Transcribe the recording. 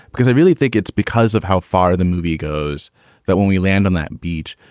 because i really think it's because of how far the movie goes that when we land on that beach,